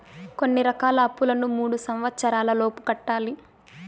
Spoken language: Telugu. కొన్ని రకాల అప్పులను మూడు సంవచ్చరాల లోపు కట్టాలి